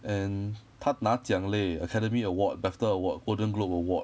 and 他拿奖 leh academy award BAFTA award golden globe award